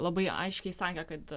labai aiškiai sakė kad